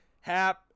Hap